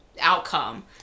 outcome